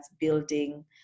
building